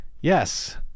Yes